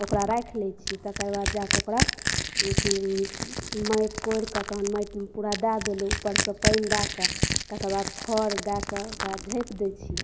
ओकरा राखि लै छियै तकर बाद जाके ओकरा माटि कोड़िक तहन माटिमे पूरा दए देलहुँ ऊपरसे पानि दए कऽ तकर बाद खर दए कऽ ओकरा झाँपि दै छियै